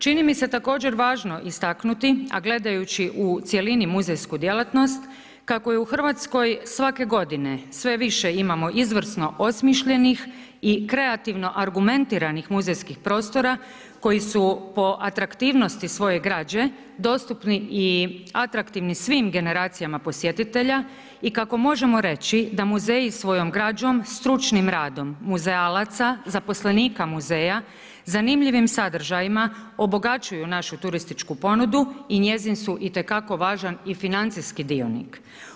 Čini mi se također važno istaknuti, a gledajući u cjelini muzejsku djelatnost, kako je u RH svake godine sve više imamo izvrsno osmišljenih i kreativno argumentiranih muzejskih prostora koji su po atraktivnosti svoje građe dostupni i atraktivni svim generacijama posjetitelja i kako možemo reći, da muzeji svojom građom, stručnim radom muzealaca zaposlenika muzeja, zanimljivim sadržajima obogaćuju našu turističku ponudu i njezin su i te kako važan i financijski sudionik.